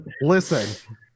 listen